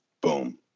Boom